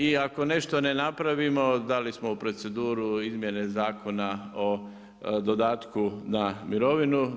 I ako nešto ne napravimo dali smo u proceduru izmjene Zakona o dodatku na mirovinu.